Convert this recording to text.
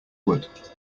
wood